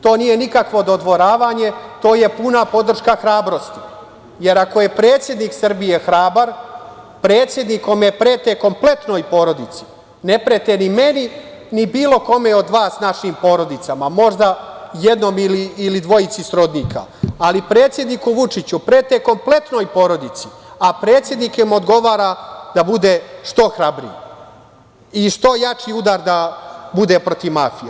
To nije nikakvo dodvoravanje, to je puna podrška hrabrosti, jer ako je predsednik Srbije hrabar, predsednik kome prete kompletnoj porodici, ne prete ni meni, ni bilo kome od vas našim porodicama, možda jednom ili dvojici srodnika, ali predsedniku Vučiću prete kompletnoj porodici, a predsednik im odgovara da bude što hrabriji i što jači udar da bude protiv mafije.